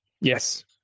Yes